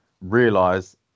realize